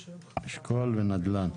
אשכול ונדל"ן.